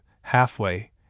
halfway